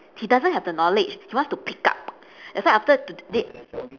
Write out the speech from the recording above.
he doesn't have the knowledge he wants to pick up that's why after today